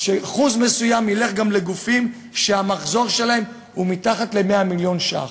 שאחוז מסוים ילך גם לגופים שהמחזור שלהם הוא מתחת ל-100 מיליון ש"ח.